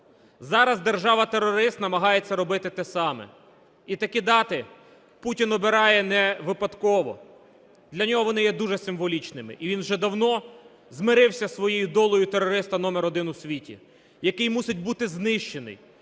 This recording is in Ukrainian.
Зараз держава-терорист намагається робити те саме. І такі дати Путін обирає не випадково, для нього вони є дуже символічними, і він вже давно змирився з своєю долею терориста номер один у світі, який мусить бути знищений.